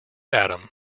adam